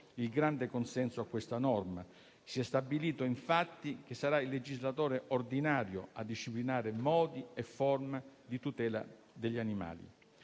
il grande consenso a questa norma: si è stabilito, infatti, che sarà il legislatore ordinario a disciplinare modi e forme di tutela degli animali.